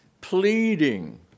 Pleading